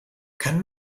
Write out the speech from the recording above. kann